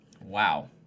wow